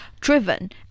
driven